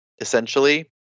essentially